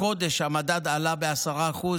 החודש, המדד עלה ב-10%?